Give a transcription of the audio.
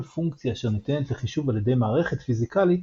פונקציה אשר ניתנת לחישוב על ידי מערכת פיזיקלית,